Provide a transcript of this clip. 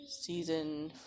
season